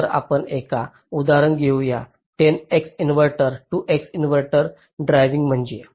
तर आपण एक उदाहरण घेऊ 10 X inverter 2 X inverter driving म्हणजे